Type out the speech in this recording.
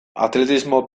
atletismo